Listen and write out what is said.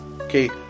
Okay